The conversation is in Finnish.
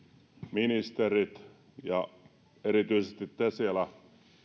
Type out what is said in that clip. ministerit ja erityisesti te siellä